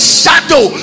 shadow